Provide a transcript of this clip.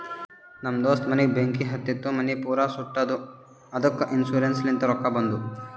ನಮ್ ದೋಸ್ತ ಮನಿಗ್ ಬೆಂಕಿ ಹತ್ತಿತು ಮನಿ ಪೂರಾ ಸುಟ್ಟದ ಅದ್ದುಕ ಇನ್ಸೂರೆನ್ಸ್ ಲಿಂತ್ ರೊಕ್ಕಾ ಬಂದು